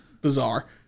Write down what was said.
bizarre